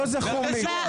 לא זכור לי.